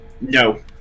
No